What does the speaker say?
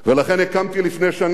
לכן לפני שנה,